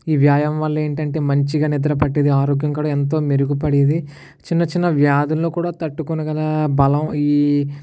ఈ వ్యాయామం వల్ల ఏంటి అంటే మంచిగా నిద్ర పట్టేది ఆరోగ్యం కూడా ఎంతో మెరుగుపడేది చిన్న చిన్న వ్యాధులను కూడా తట్టుకొనగల బలం ఈ